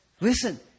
Listen